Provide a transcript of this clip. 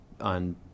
on